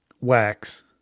wax